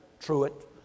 Truett